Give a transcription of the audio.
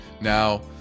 Now